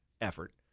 effort